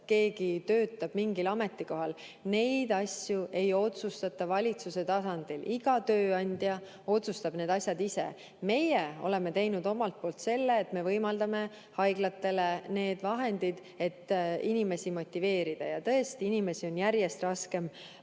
keegi töötab mingil ametikohal, siis neid asju ei otsustata valitsuse tasandil. Iga tööandja otsustab need asjad ise. Meie oleme teinud omalt poolt seda, et me võimaldame haiglatele neid vahendeid, et inimesi motiveerida. Ja tõesti, inimesi on järjest raskem